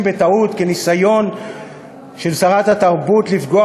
בטעות כניסיון של שרת התרבות לפגוע